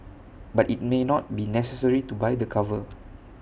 but IT may not be necessary to buy the cover